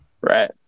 Right